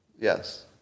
Yes